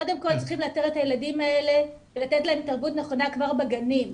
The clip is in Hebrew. קודם כל צריכים לאתר את הילדים האלה ולתת להם התערבות נכונה כבר בגנים.